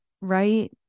right